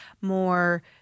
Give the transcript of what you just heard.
more